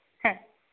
ಹಾಂ